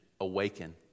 awaken